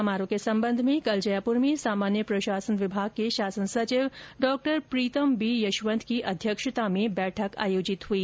समारोह के संबंध में कल जयपुर में सामान्य प्रशासन विभाग के शासन सचिव डॉ प्रीतम बी यशवंत की अध्यक्षता में एक बैठक आयोजित हुई